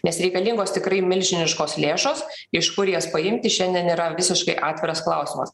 nes reikalingos tikrai milžiniškos lėšos iš kur jas paimti šiandien yra visiškai atviras klausimas